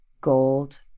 gold